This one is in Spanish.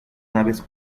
naves